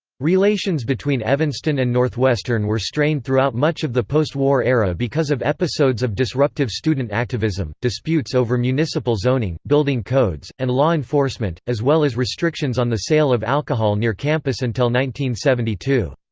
relations between evanston and northwestern were strained throughout much of the post-war era because of episodes of disruptive student activism, disputes over municipal zoning, building codes, and law enforcement, as well as restrictions on the sale of alcohol near campus until one seventy two.